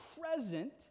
present